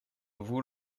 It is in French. vous